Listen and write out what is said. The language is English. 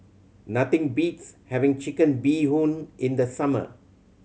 nothing beats having Chicken Bee Hoon in the summer